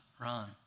run